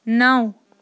نَو